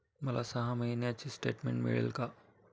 मला सहा महिन्यांचे स्टेटमेंट मिळेल का?